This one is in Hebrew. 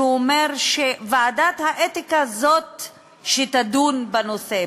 שאומר שוועדת האתיקה היא שתדון בנושא.